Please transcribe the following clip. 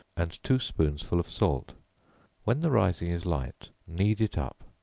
and two spoonsful of salt when the rising is light, knead it up,